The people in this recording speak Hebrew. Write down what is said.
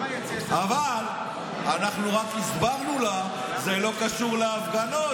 אבל אנחנו רק הסברנו לה: זה לא קשור להפגנות,